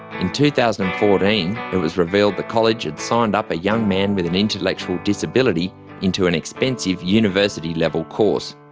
in two thousand and fourteen it was revealed the college had signed up a young man with an intellectual disability into an expensive university-level course,